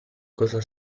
cosa